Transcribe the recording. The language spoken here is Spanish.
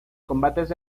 combates